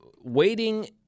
Waiting